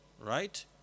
right